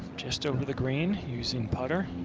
just over the green using putter.